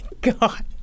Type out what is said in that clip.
God